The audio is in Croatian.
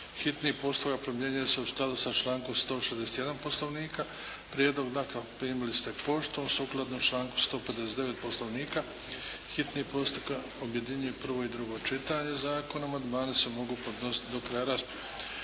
Hitni postupak primjenjuje se u skladu sa člankom 161. Poslovnika. Prijedlog akta primili ste poštom, sukladno članku 159. Poslovnika. Hitni postupak objedinjuje prvo i drugo čitanje zakona. Amandmani se mogu podnositi do kraja rasprave.